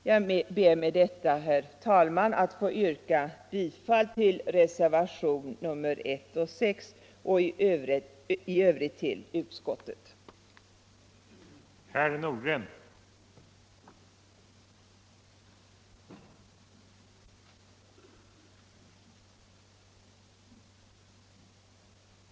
Herr talman! Med det anförda ber jag att få yrka bifall till reservationerna 1 och 6. I övrigt yrkar jag bifall till utskottets hemställan.